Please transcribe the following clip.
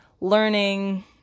learning